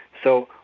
so,